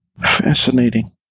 Fascinating